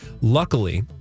Luckily